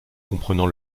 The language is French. comprenant